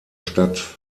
stadt